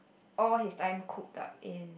all this time cooped up in